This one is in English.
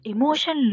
Emotion